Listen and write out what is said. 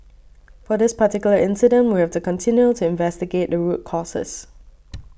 for this particular incident we have to continue to investigate the root causes